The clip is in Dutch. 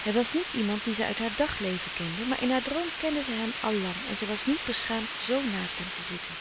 hij was niet iemand die zij uit haar dagleven kende maar in haar droom kende zij hem al lang en zij was niet beschaamd z naast hem te zitten